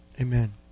Amen